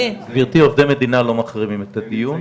גברתי, עובדי מדינה לא מחרימים את הדיון.